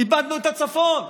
איבדנו את הצפון.